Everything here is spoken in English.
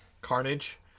Carnage